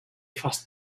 fast